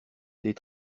des